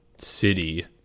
city